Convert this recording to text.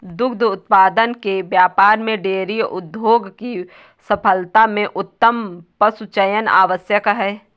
दुग्ध उत्पादन के व्यापार में डेयरी उद्योग की सफलता में उत्तम पशुचयन आवश्यक है